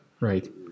Right